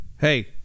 Hey